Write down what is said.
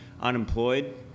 unemployed